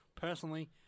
personally